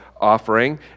offering